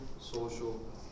social